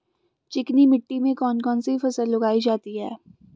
चिकनी मिट्टी में कौन कौन सी फसल उगाई जाती है?